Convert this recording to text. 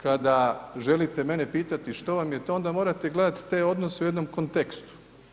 Kada želite mene pitati što vam je to, onda morate gledati te odnose u jednom kontekstu.